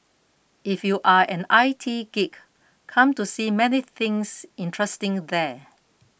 if you are an I T geek come to see many things interesting there